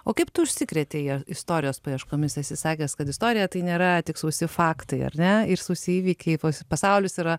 o kaip tu užsikrėtei istorijos paieškomis esi sakęs kad istorija tai nėra tik sausi faktai ar ne ir sausi įvykiai pas pasaulis yra